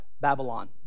Babylon